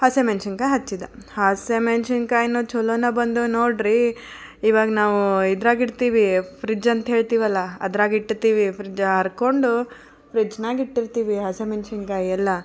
ಹಸಿಮೆಣ್ಸಿನ್ಕಾಯಿ ಹಚ್ಚಿದ್ದೆ ಹಸಿಮೆಣ್ಸಿನ್ಕಾಯನ್ನು ಚಲೋನು ಬಂದವು ನೋಡಿರಿ ಈವಾಗ ನಾವು ಇದ್ರಾಗ ಇಡ್ತೀವಿ ಫ್ರಿಡ್ಜ್ ಅಂತ ಹೇಳ್ತೀವಲ್ಲ ಅದರಾಗೆ ಇಡ್ತೀವಿ ಫ್ರಿಡ್ಜ್ ಹಾರ್ಕೊಂಡು ಫ್ರಿಡ್ಜ್ನಾಗೆ ಇಟ್ಟಿರ್ತೀವಿ ಹಸೆಮೆಣ್ಸಿನ್ಕಾಯಿ ಎಲ್ಲ